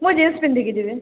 ମୁଁ ଜିନ୍ସ୍ ପିନ୍ଧିକି ଯିବି